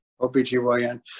OBGYN